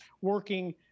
working